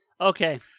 Okay